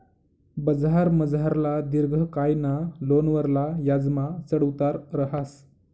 बजारमझारला दिर्घकायना लोनवरला याजमा चढ उतार रहास